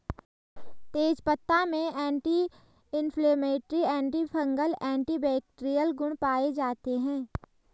तेजपत्ता में anti inflammatory, antifungal, antibacterial गुण पाये जाते है